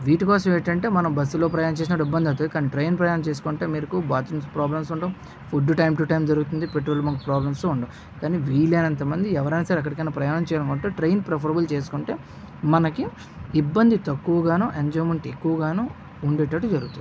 వీటికోసం ఏంటంటే మనం బస్సులో ప్రయాణం చేసేటప్పుడు ఇబ్బంది అవుతుంది కానీ ట్రైన్ ప్రయాణం చేసుకుంటే మటుక్కు మీకు బాత్రూం ప్రాబ్లమ్స్ ఉండవు ఫుడ్డు టైమ్ టు టైమ్ దొరుకుతుంది పెట్రోల్ ప్రాబ్లమ్స్ ఉండదు కానీ వీలైనంతమంది ఎవరైనా సరే ఎక్కడికైనా ప్రయాణం చెయ్యాలనుకుంటే ట్రైన్ ప్రిఫెరబుల్ చేసుకుంటే మనకి ఇబ్బంది తక్కువగాను ఎంజాయ్మెంట్ ఎక్కువగాను ఉండేటట్టు జరుగుతుంది